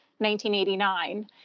1989